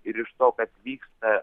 ir iš to kas vyksta